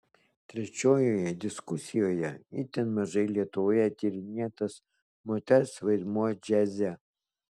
trečiojoje diskusijoje itin mažai lietuvoje tyrinėtas moters vaidmuo džiaze